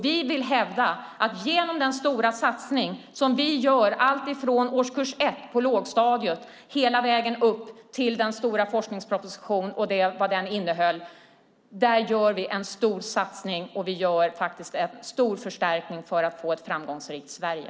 Vi vill hävda att genom den stora satsning som vi gör alltifrån årskurs 1 på lågstadiet hela vägen upp till den stora forskningspropositionen och vad den innehöll gör vi en stor satsning och en stor förstärkning för att få ett framgångsrikt Sverige.